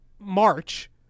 march